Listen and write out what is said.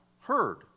heard